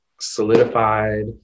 solidified